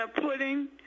pudding